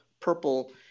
purple